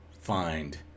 find